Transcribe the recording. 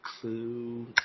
clue